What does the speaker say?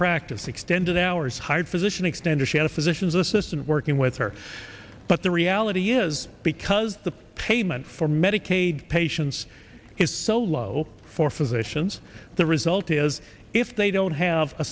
practice extended hours hired physician extended she had a physician's assistant working with her but the reality is because the payment for medicaid patients is so low for physicians the result is if they don't have a